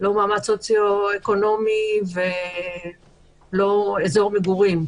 לא מעמד סוציו-אקונומי ולא אזור מגורים,